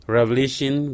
Revelation